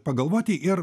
pagalvoti ir